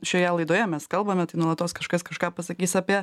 šioje laidoje mes kalbame tai nuolatos kažkas kažką pasakys apie